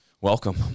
welcome